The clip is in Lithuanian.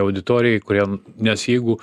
auditorijai kuria nes jeigu